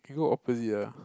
you go opposite ah